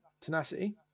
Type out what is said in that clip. tenacity